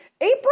April